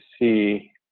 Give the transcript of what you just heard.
see